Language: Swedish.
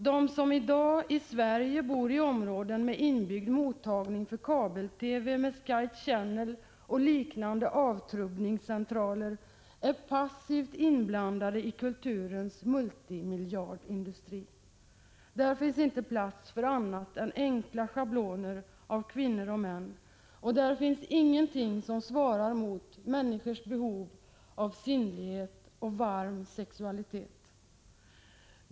De i Sverige som i dag bor i områden med inbyggd mottagning för kabel-TV via Sky Channel och liknande avtrubbningscentraler är passivt inblandade i kulturens multimiljardindustri. Där finns inte plats för någonting annat än enkla schabloner av kvinnor och män, och där finns inte heller någonting som svarar mot människors behov av sinnlighet och varm sexualitet.